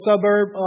suburb